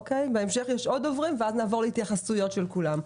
בהמשך יש עוד דוברים ואז נעבור להתייחסויות של כולם,